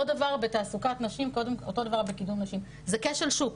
אותו הדבר בתעסוקת נשים, זה כשל שוק